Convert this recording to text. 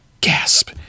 Gasp